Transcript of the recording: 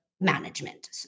management